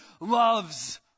loves